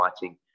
fighting